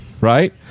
Right